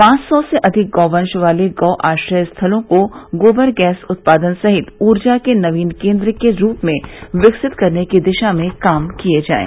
पांच सौ से अधिक गौवश वाले गौ आश्रय स्थलों को गोबर गैस उत्पादन सहित ऊर्जा के नवीन केन्द्र के रूप में विकसित करने की दिशा में काम किये जाये